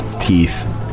teeth